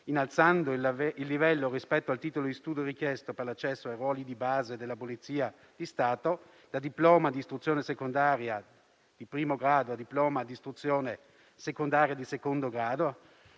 innalzando il livello rispetto al titolo di studio richiesto per l'accesso ai ruoli di base della Polizia di Stato, da diploma di istruzione secondaria di primo grado a diploma d'istruzione secondaria di secondo grado;